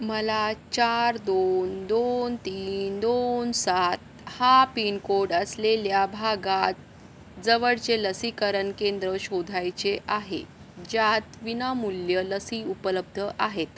मला चार दोन दोन तीन दोन सात हा पिनकोड असलेल्या भागात जवळचे लसीकरण केंद्र शोधायचे आहे ज्यात विनामूल्य लसी उपलब्ध आहेत